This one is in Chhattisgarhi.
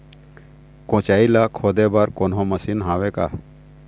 कोचई ला खोदे बर कोन्हो मशीन हावे का?